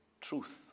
truth